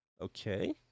Okay